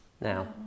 now